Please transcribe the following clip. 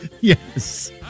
Yes